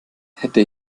hätte